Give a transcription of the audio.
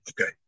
Okay